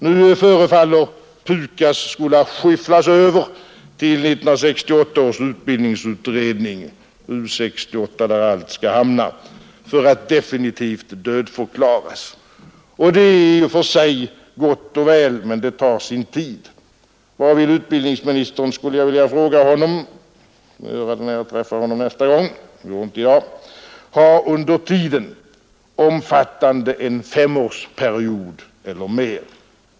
Nu förefaller PUKAS skola skyfflas över till 1968 års utbildningsutredning — U 68, där allt skall hamna — för att definitivt dödförklaras. Det är i och för sig gott och väl, men det tar sin tid. Vad vill utbildningsministern — det skulle jag vilja fråga honom, men jag får göra det när jag träffar honom nästa gång; det går inte i dag — ha under tiden omfattande en femårsperiod eller mer?